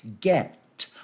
get